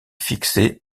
fixé